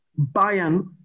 Bayern